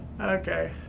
Okay